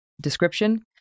description